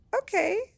okay